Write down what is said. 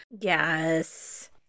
Yes